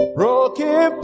broken